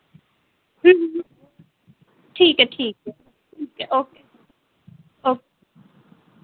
ठीक ऐ ठीक ऐ ठीक ऐ ओके ओके